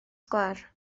sgwâr